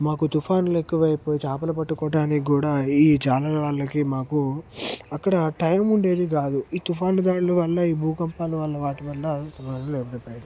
మాకు తుఫాన్లు ఎక్కువ అయిపోయి చేపలు పట్టుకోవడానికి కూడా ఈ జాలరి వాళ్ళకి మాకు అక్కడ టైం ఉండేది కాదు ఈ తుఫాను గాలుల వల్ల ఈ భూకంపాల వల్ల వాటి వల్ల